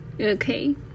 okay